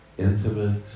Intimate